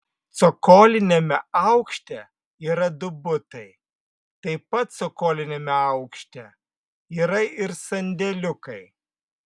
cokoliniame aukšte yra du butai taip pat cokoliniame aukšte yra ir sandėliukai